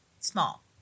small